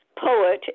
poet